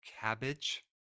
cabbage